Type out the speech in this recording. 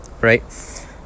Right